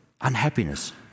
Unhappiness